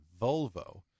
Volvo